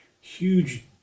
huge